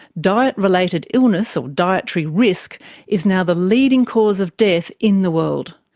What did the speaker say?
diet-related illness or dietary risk is now the leading cause of death in the world.